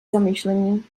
zamyšlení